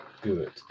good